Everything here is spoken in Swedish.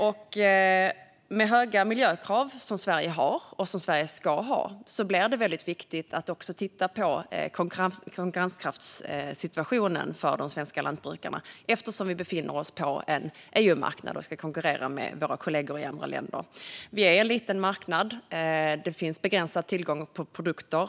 Med de höga miljökrav som Sverige har och ska ha blir det väldigt viktigt att titta på konkurrenskraftssituationen för de svenska lantbrukarna, eftersom vi befinner oss på en EU-marknad och ska konkurrera med våra kollegor i andra länder. Vi är en liten marknad. Det finns begränsad tillgång på produkter.